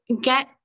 get